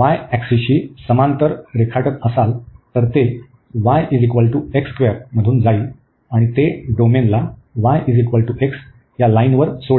y ऍक्सिसशी समांतर रेखाटत असाल तर ते मधून जाईल आणि ते डोमेनला y x लाईनीवर सोडेल